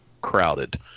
crowded